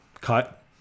cut